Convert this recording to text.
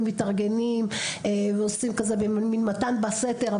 מתארגנים ועושים כזה מין מתן בסתר,